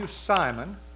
Simon